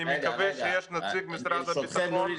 אני מקווה שיש נציג משרד הביטחון,